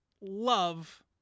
love